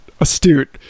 astute